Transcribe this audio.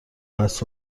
قصد